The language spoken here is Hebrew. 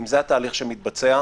אם זה התהליך שמתבצע,